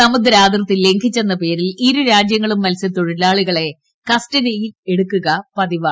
സമുദ്രാതിർത്തി ലംഘിച്ചെന്ന പേരിൽ ഇരു രാജ്യങ്ങളും മത്സ്യത്തൊഴിലാളികളെ കസ്റ്റഡിയിലെടുക്കുക പതിവാണ്